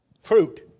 fruit